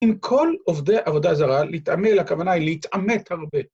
אם כל עובדי עבודה זרה, להתעמל הכוונה היא להתעמת הרבה.